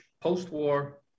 post-war